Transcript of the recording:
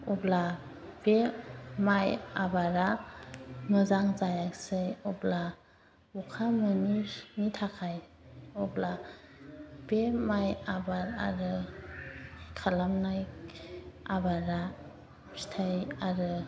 अब्ला बे माइ आबादा मोजां जायासै अब्ला अखा मोनैनि थाखाय अब्ला बे माइ आबाद आरो खालामनाय आबादा फिथाइ आरो